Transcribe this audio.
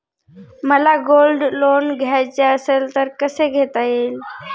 मला gold loan घ्यायचे असेल तर कसे घेता येईल?